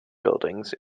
buildings